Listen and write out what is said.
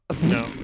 No